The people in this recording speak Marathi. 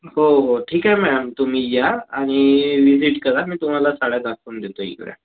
हो हो ठीक आहे मॅम तुम्ही या आणि विझीट करा मी तुम्हाला साड्या दाखवून देतो इकडे